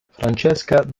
francesca